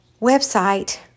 website